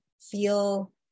feel